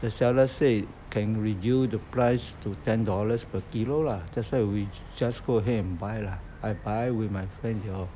the seller said can reduce the price to ten dollars per kilo lah that's why we just go ahead and buy lah I I with my friend they all